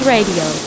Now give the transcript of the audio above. Radio